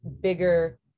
bigger